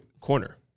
Corner